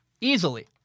easily